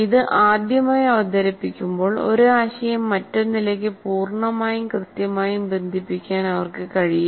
ഇത് ആദ്യമായി അവതരിപ്പിക്കുമ്പോൾ ഒരു ആശയം മറ്റൊന്നിലേക്ക് പൂർണ്ണമായും കൃത്യമായും ബന്ധിപ്പിക്കാൻ അവർക്ക് കഴിയില്ല